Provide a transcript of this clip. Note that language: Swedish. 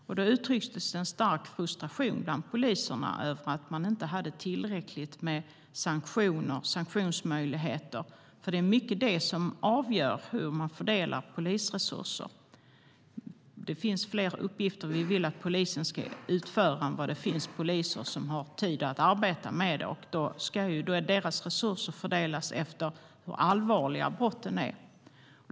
Poliserna uttryckte stor frustration över att de inte hade tillräckliga sanktionsmöjligheter, för det är mycket det som avgör hur man fördelar polisresurser. Det finns fler uppgifter vi vill att polisen ska utföra än vad det finns poliser som har tid att arbeta med det, och resurserna fördelas efter hur allvarliga brotten är.